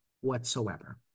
whatsoever